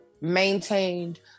maintained